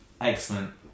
Excellent